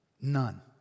None